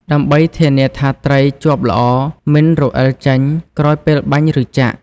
ដើម្បីធានាថាត្រីជាប់ល្អមិនរអិលចេញក្រោយពេលបាញ់ ឬចាក់ ។